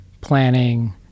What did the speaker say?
planning